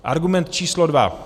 Argument číslo dva.